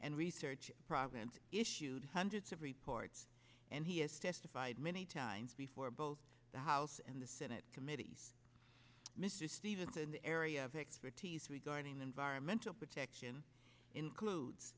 and research programs issued hundreds of reports and he has testified many times before both the house and the senate committees mr stevens in the area of expertise regarding environmental protection